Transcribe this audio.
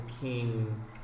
king